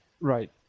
Right